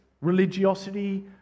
religiosity